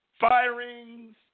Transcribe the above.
Firings